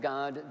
God